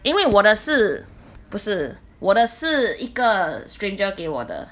因为我的是不是我的是一个 stranger 给我的